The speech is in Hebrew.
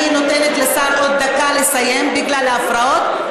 אני נותנת לשר עוד דקה לסיים בגלל ההפרעות,